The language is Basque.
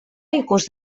ikus